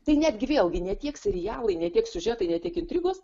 tai netgi vėlgi ne tiek serialai ne tiek siužetai ne tik intrigos